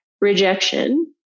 rejection